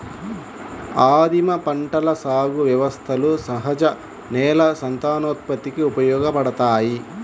ఆదిమ పంటల సాగు వ్యవస్థలు సహజ నేల సంతానోత్పత్తికి ఉపయోగపడతాయి